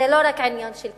זה לא רק עניין של כיבוש,